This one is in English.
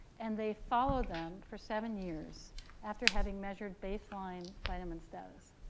and they followed them for seven years after having measured baseline vitamin status.